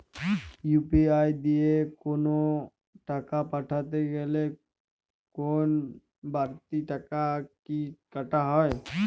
UPI দিয়ে কোন টাকা পাঠাতে গেলে কোন বারতি টাকা কি কাটা হয়?